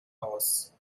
aus